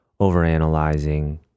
overanalyzing